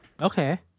Okay